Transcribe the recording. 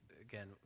again